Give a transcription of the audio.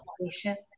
patient